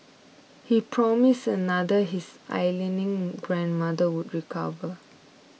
he promised another his ailing grandmother would recover